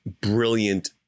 brilliant